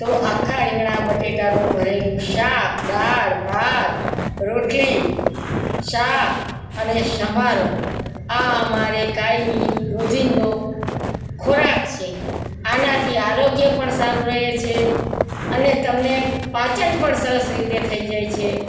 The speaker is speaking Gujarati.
તો આખા રીંગણા બટાટાનું ભરેલું શાક દાળ ભાત રોટલી શાક અને સંભારો આ અમારે કાયમી રોજિંદો ખોરાક છે આનાથી આરોગ્ય પણ સારું રહે છે અને તમને પાચન પણ સરસ રીતે થઇ જાય છે